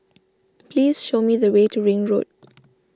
please show me the way to Ring Road